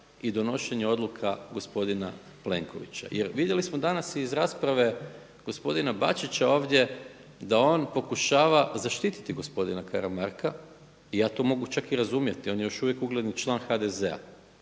i donošenja odluka gospodina Plenkovića. Jer vidjeli smo danas iz rasprave gospodina Bačića ovdje da on pokušava zaštititi gospodina Karamarka i ja to mogu čak i razumjeti, on je još uvijek ugledni član HDZ-a.